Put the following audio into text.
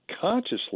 consciously